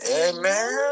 Amen